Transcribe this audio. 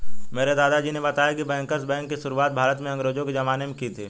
मेरे दादाजी ने बताया की बैंकर्स बैंक की शुरुआत भारत में अंग्रेज़ो के ज़माने में की थी